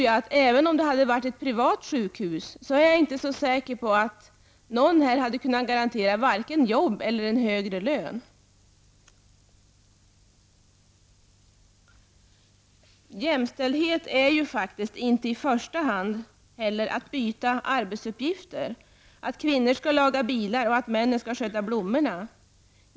Även om det hade varit ett privat sjukhus, är jag inte så säker på att någon där hade kunnat garantera henne vare sig arbete eller högre lön. Jämställdhet är faktiskt inte i första hand fråga om att byta arbetsuppgifter så att kvinnorna skall laga bilar och männen sköta blommorna.